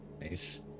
Nice